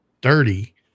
dirty